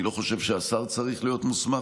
אני לא חושב שהשר צריך להיות מוסמך,